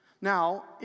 Now